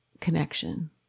connection